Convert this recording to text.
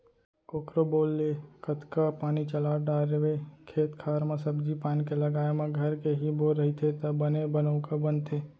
कोकरो बोर ले कतका पानी चला डारवे खेत खार म सब्जी पान के लगाए म घर के ही बोर रहिथे त बने बनउका बनथे